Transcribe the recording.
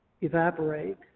evaporate